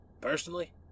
personally